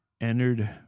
entered